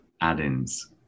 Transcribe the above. add-ins